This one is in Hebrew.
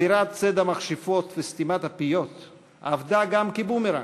אווירת ציד המכשפות וסתימת הפיות עבדה גם כבומרנג.